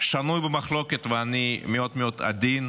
שנוי במחלוקת, ואני מאוד מאוד עדין,